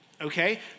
okay